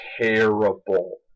terrible